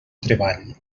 treball